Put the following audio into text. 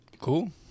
Cool